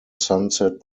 sunset